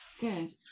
Good